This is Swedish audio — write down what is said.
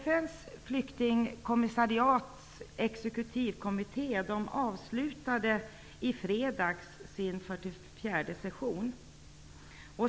FN:s flyktingskommissariats exekutivkommitté avslutade i fredags sin 44:e session.